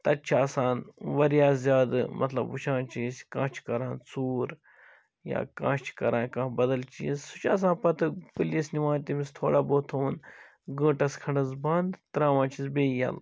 تتہِ چھُ آسان واریاہ زیادٕ مطلب وُچھان چھِ أسۍ کانٛہہ چھُ کَران ژوٗر یا کانٛہہ چھُ کَران کانٛہہ بَدَل چیٖز سُہ چھُ آسان پَتہٕ پُلیٖس نِوان تٔمِس تھوڑا بہت تھوٚوُن گنٹَس کھَنٛڈَس بنٛد ترٛاوان چھِس بیٚیہِ یَلہٕ